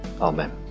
Amen